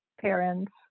parents